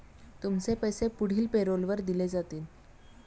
तुमचे पैसे पुढील पॅरोलवर दिले जातील